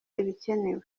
ibikenewe